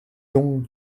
donc